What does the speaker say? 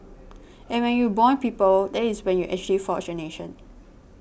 and when you bond people that is when you actually forge a nation